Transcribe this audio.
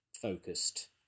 focused